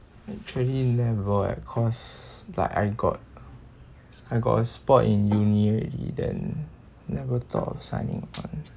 actually never eh cause like I got I got a spot in uni already then never thought of signing on